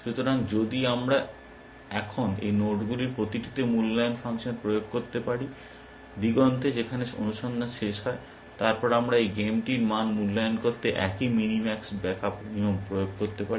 সুতরাং যদি আমরা এখন এই নোডগুলির প্রতিটিতে মূল্যায়ন ফাংশন প্রয়োগ করতে পারি দিগন্তে যেখানে অনুসন্ধান শেষ হয় তারপরে আমরা এই গেমটির মান মূল্যায়ন করতে একই মিনিম্যাক্স ব্যাক আপ নিয়ম প্রয়োগ করতে পারি